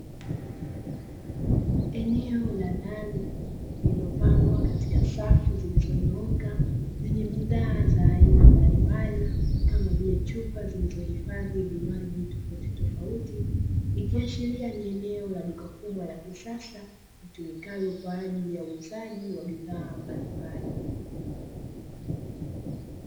Eneo la ndani lililopangwa katika safu zilizo nyooka lenye bidhaa za aina mbalimbali kama vile chupa zilizo hifadhi vinywaji tofautitofauti, ikiashiria ni eneo la duka kubwa la kisasa litumikalo kwa ajili ya uuzaji wa bidhaa mbalimbali.